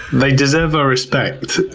they deserve our respect.